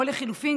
או לחלופין,